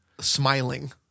smiling